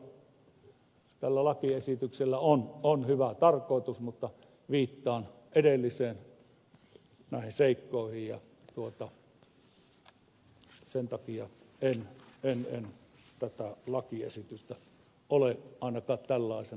todella tällä lakiesityksellä on hyvä tarkoitus mutta viittaan edellisiin seikkoihin ja sen takia en tätä lakiesitystä ole ainakaan tällaisenaan kannattamassa